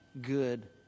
good